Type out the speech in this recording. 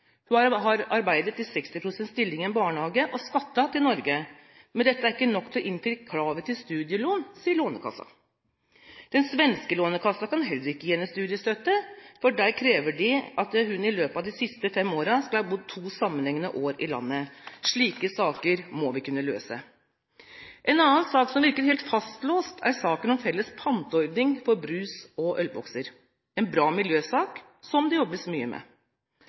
Hun har arbeidet i 60 pst. stilling i en barnehage og skattet til Norge, men dette er ikke nok til å innfri kravet til studielån, sier Lånekassa. Den svenske lånekassa kan heller ikke gi henne studiestøtte, for der krever de at hun i løpet av de siste fem årene skal ha bodd to sammenhengende år i landet. Slike saker må vi kunne løse. En annen sak som virker helt fastlåst, er saken om felles panteordning for brus- og ølbokser – en bra miljøsak, som det jobbes mye med.